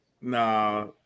nah